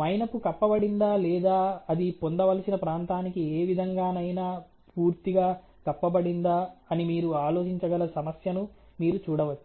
మైనపు కప్పబడిందా లేదా అది పొందవలసిన ప్రాంతానికి ఏ విధంగానైనా పూర్తిగా కప్పబడిందా అని మీరు ఆలోచించగల సమస్యను మీరు చూడవచ్చు